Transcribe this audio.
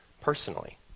personally